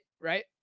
Right